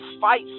fight